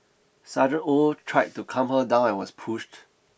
Sergeant Oh tried to calm her down and was pushed